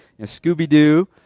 Scooby-Doo